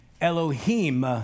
elohim